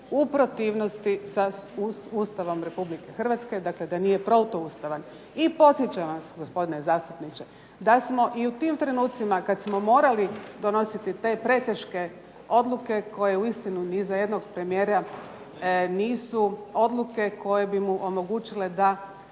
u protivnosti sa Ustavom Republike Hrvatske, dakle da nije protu ustavan. I podsjećam vas gospodine zastupniče, da smo i u tim trenucima kad smo morali donositi te preteške odluke koje uistinu ni za jednog premijera nisu odluke koje bi mu omogućile da